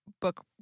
book